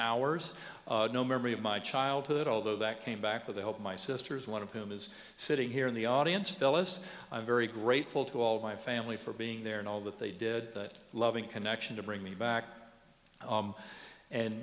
hours no memory of my childhood although that came back with a hope my sister's one of whom is sitting here in the audience fellas i'm very grateful to all my family for being there and all that they did that loving connection to bring me back